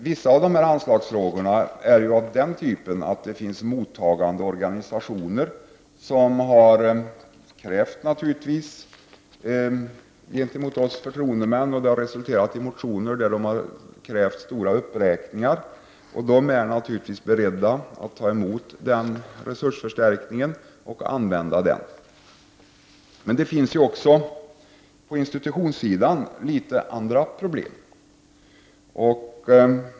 Vissa av anslagfrågorna är av den typ där mottagande organisationer har krävt stora uppräkningar av oss förtroendemän, vilket har resulterat i motioner. Organisationerna är naturligvis beredda att ta emot denna resursförstärkning och använda den. På institutionssidan finns det litet andra problem.